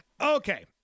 Okay